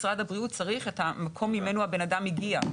משרד הבריאות צריך את המקום ממנו מגיע הבן אדם.